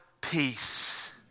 peace